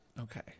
Okay